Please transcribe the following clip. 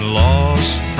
lost